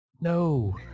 No